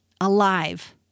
alive